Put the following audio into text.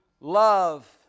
love